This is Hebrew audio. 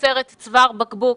יוצרת צוואר בקבוק,